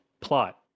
Plot